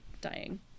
dying